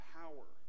power